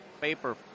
paper